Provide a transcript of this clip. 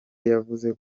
yavuze